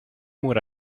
would